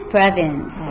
Province